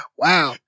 wow